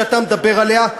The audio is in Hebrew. שאתה מדבר עליה,